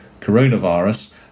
coronavirus